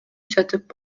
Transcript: сатып